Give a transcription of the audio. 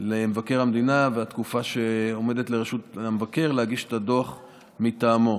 למבקר המדינה והתקופה שעומדת לרשות המבקר להגיש את הדוח מטעמו.